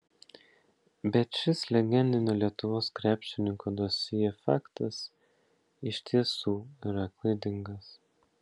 bet šis legendinio lietuvos krepšininko dosjė faktas iš tiesų yra klaidingas